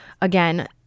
again